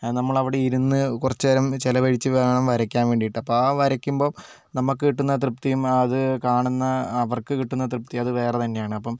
അത് നമ്മളവിടെ ഇരുന്ന് കുറച്ച് നേരം ചിലവഴിച്ച് വേണം വരയ്ക്കാൻ വേണ്ടിയിട്ട് അപ്പോൾ ആ വരയ്ക്കുമ്പം നമുക്ക് കിട്ടുന്ന തൃപ്തിയും അത് കാണുന്ന അവർക്ക് കിട്ടുന്ന തൃപ്തിയും അത് വേറെ തന്നെയാണ് അപ്പം